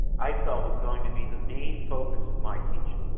i thought was going to be the main focus of my teaching.